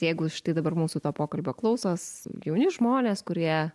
jeigu štai dabar mūsų to pokalbio klausos jauni žmonės kurie